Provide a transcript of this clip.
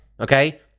okay